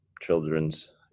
children's